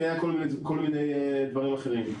כי היה כל מיני דברים אחרים.